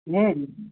हँ हँ